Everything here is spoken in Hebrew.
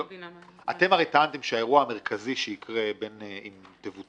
אתם הרי טענתם שהאירוע המרכזי שיהיה אם תבוטל